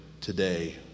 today